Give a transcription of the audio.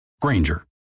Granger